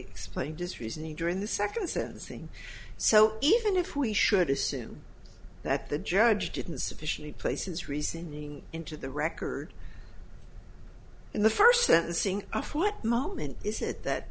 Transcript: explained this reasoning during the second sentencing so even if we should assume that the judge didn't sufficiently places reasoning into the record in the first sentencing of what moment is it that